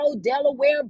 Delaware